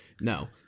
No